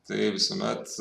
tai visuomet